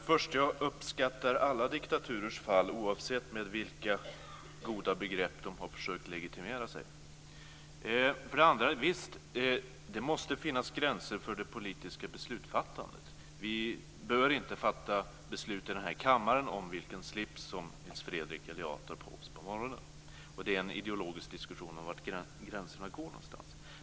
Fru talman! Jag uppskattar alla diktaturers fall, oavsett med vilka goda begrepp de har försökt legitimera sig. Ja, visst måste det finnas gränser för det politiska beslutsfattandet. Vi bör inte fatta beslut här i kammaren om vilken slips som Nils Fredrik Aurelius och jag tar på oss på morgonen. Det är en ideologisk diskussion om var gränserna går.